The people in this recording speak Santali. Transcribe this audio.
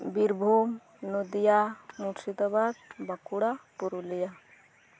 ᱵᱤᱨᱵᱷᱩᱢ ᱱᱚᱫᱤᱭᱟ ᱢᱩᱨᱥᱤᱫᱟᱵᱟᱫᱽ ᱵᱟᱸᱠᱩᱲᱟ ᱯᱩᱨᱩᱞᱤᱭᱟ